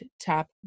tap